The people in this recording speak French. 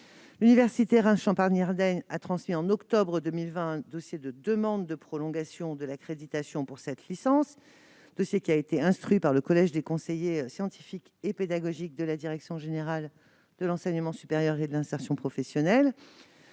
L'université de Reims Champagne-Ardenne a transmis, en octobre 2020, un dossier de demande de prolongation de l'accréditation pour cette licence. Cette demande a été instruite par le collège des conseillers scientifiques et pédagogiques de la direction générale de l'enseignement supérieur et de l'insertion professionnelle